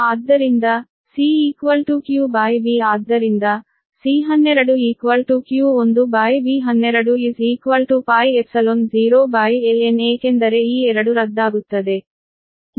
ಆದ್ದರಿಂದ CqV ಆದ್ದರಿಂದ C12 q1V120ln ಏಕೆಂದರೆ ಈ 2 ರದ್ದಾಗುತ್ತದೆ